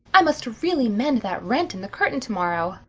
i must really mend that rent in the curtain tomorrow,